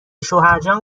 شوهرجان